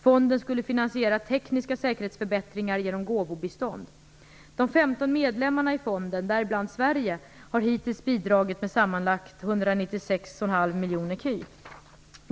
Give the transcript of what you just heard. Fonden skulle finansiera tekniska säkerhetsförbättringar genom gåvobistånd. De 15 medlemmarna i fonden, däribland Sverige, har hittills bidragit med sammanlagt 196,5 miljoner ecu.